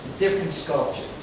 different sculpture.